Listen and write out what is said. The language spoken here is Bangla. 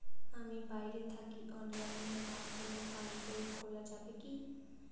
আমি বাইরে থাকি অনলাইনের মাধ্যমে পাস বই খোলা যাবে কি?